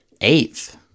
eighth